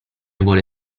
vuole